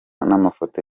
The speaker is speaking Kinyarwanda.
n’amafoto